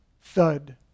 thud